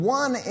one